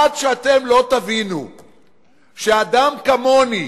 עד שאתם לא תבינו שאדם כמוני